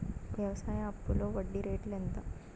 వ్యవసాయ అప్పులో వడ్డీ రేట్లు ఎంత?